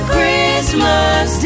Christmas